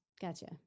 Gotcha